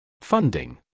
Funding